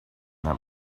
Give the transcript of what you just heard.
that